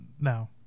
No